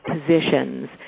positions